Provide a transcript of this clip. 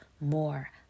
more